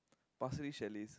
Pasir-Ris chalets